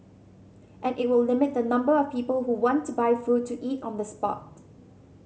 and it will limit the number of people who want to buy food to eat on the spot